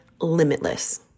limitless